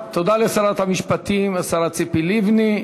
תודה לשרת המשפטים, השרה ציפי לבני.